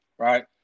Right